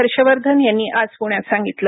हर्ष वर्धन यांनी आज प्ण्यात सांगितलं